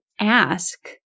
ask